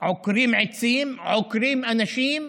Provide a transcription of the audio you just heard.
ועוקרים עצים, עוקרים אנשים.